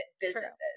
businesses